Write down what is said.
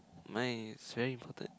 mine is very important